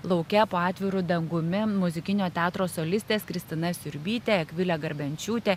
lauke po atviru dangumi muzikinio teatro solistės kristina siurbytė akvilė garbenčiūtė